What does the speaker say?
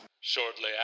shortly